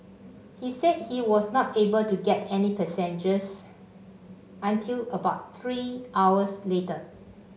he said he was not able to get any passengers until about three hours later